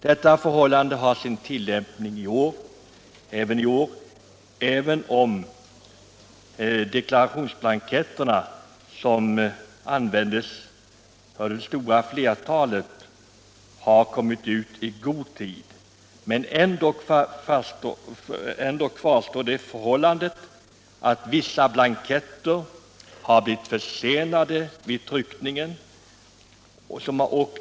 Detta är förhållandet också i år, även om de deklarationsblanketter som det stora flertalet människor använder kommit ut i god tid. Kvar står förhållandet att vissa blanketter blivit försenade vid tryckningen.